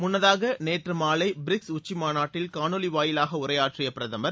முன்னதாக நேற்று மாலை பிரிக்ஸ் உச்சி மாநாட்டில் காணொலி வாயிலாக உரையாற்றிய பிரதுமர்